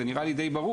זה נראה לי די ברור,